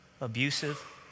abusive